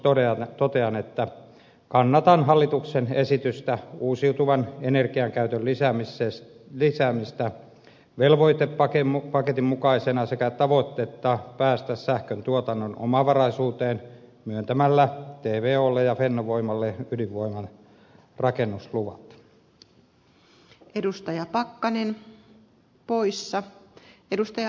lopuksi totean että kannatan hallituksen esitystä uusiutuvan energiankäytön lisäämisestä velvoitepaketin mukaisena sekä tavoitetta päästä sähköntuotannon omavaraisuuteen myöntämällä tvolle ja fennovoimalle ydinvoiman rakennusluvat